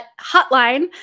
hotline